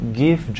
give